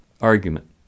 argument